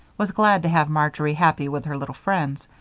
was glad to have marjory happy with her little friends,